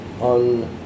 on